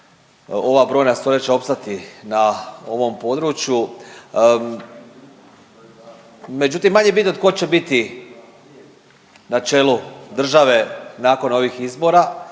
ova brojna stoljeća opstati na ovom području. Međutim, manje bitno tko će biti na čelu države nakon ovih izbora,